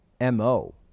MO